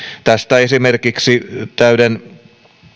esimerkiksi täyden